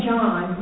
John